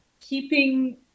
keeping